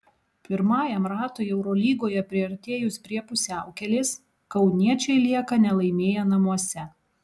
pirmajam ratui eurolygoje priartėjus prie pusiaukelės kauniečiai lieka nelaimėję namuose